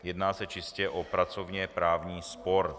Jedná se čistě o pracovněprávní spor.